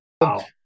Wow